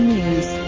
News